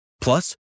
Plus